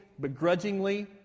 begrudgingly